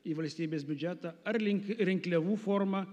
į valstybės biudžetą ar link rinkliavų forma